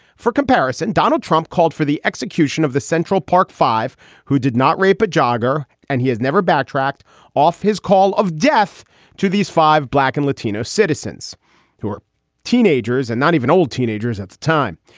for comparison, donald trump called for the execution of the central park five who did not rape a jogger, and he has never backtracked off his call of death to these five black and latino citizens who were teenagers and even old teenagers at the time.